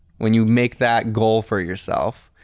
when you make that goal for yourself,